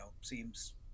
seems –